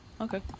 Okay